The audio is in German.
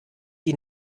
die